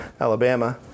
Alabama